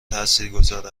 تاثیرگذار